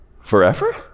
forever